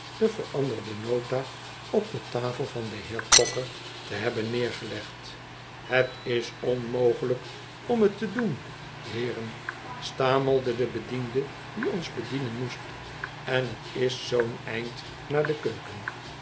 de veranderde nota op de tafel van den heer cocker te hebben neergelegd het is onmogelijk om het te doen heeren stamelde de bediende die ons bedienen moest en het is zoo'n eind naar de keukenl